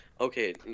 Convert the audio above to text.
Okay